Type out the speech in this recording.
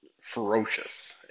ferocious